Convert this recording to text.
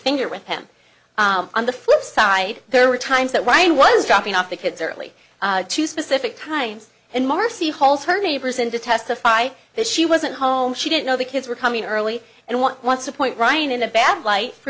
there with him on the flipside there were times that ryan was dropping off the kids early to specific times and marcy holds her neighbors in to testify that she wasn't home she didn't know the kids were coming early and one wants to point ryan in a bad light for